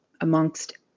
amongst